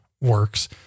works